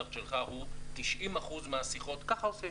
שהסטנדרט שלך הוא 90% מהשיחות, ככה עושים.